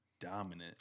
Dominant